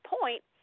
point